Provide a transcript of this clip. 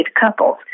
couples